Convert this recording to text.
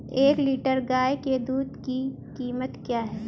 एक लीटर गाय के दूध की कीमत क्या है?